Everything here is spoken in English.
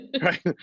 right